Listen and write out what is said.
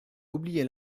oublié